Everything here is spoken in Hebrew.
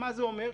ומה זה אומר?